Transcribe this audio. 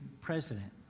president